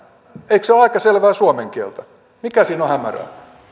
eikö se ole aika selvää suomen kieltä mikä siinä on hämärää